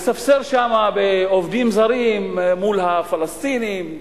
מספסר שם בעובדים זרים מול הפלסטינים,